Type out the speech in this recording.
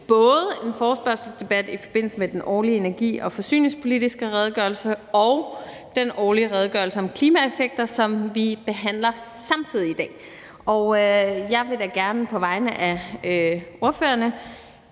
både en forespørgselsdebat i forbindelse med den årlige energi- og forsyningspolitiske redegørelse og en forespørgselsdebat om den årlige redegørelse om klimaeffekter, som vi behandler samtidig dag. Og jeg vil da gerne på vegne af ordførerne